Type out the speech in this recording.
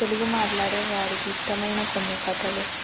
తెలుగు మాట్లాడే వారికి ఇష్టమైన కొన్ని కథలు